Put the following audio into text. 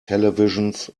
televisions